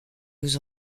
nous